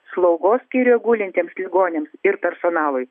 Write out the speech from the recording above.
slaugos skyriuje gulintiems ligoniams ir personalui